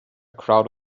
crowd